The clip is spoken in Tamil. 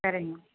சரிங்கமா